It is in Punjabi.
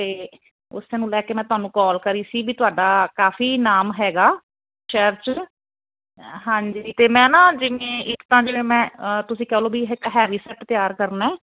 ਤੇ ਉਸੇ ਨੂੰ ਲੈ ਕੇ ਮੈਂ ਤੁਹਾਨੂੰ ਕੋਲ ਕਰੀ ਸੀ ਵੀ ਤੁਹਾਡਾ ਕਾਫੀ ਨਾਮ ਹੈਗਾ ਸ਼ਹਿਰ ਚ ਹਾਂਜੀ ਤੇ ਮੈਂ ਨਾ ਜਿੰਨੇ ਇੱਕ ਤਾਂ ਜਿਵੇਂ ਮੈਂ ਤੁਸੀਂ ਕਹਿ ਲਓ ਵੀ ਇੱਕ ਹੈਵੀ ਸੈੱਟ ਤਿਆਰ ਕਰਨਾ